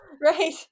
right